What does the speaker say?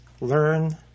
learn